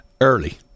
early